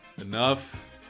Enough